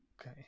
Okay